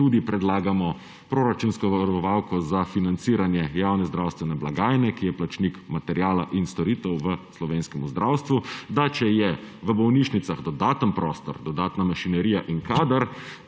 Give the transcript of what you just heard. tudi predlagamo proračunsko varovalko za financiranje javne zdravstvene blagajne, ki je plačnik materiala in storitev v slovenskem zdravstvu, da če je v bolnišnicah dodatni prostor, dodatna mašinerija in kader,